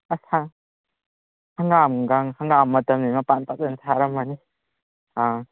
ꯍꯪꯒꯥꯝ ꯅꯨꯡꯒꯥꯡ ꯍꯪꯒꯥꯝ ꯃꯇꯝꯅꯤꯅ ꯄꯥꯛꯇꯛꯅꯅ ꯊꯥꯔꯝꯃꯅꯤ